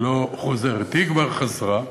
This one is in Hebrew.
היא לא חוזרת, היא כבר חזרה.